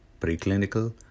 preclinical